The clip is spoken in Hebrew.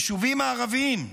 היישובים הערביים,